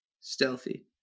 Stealthy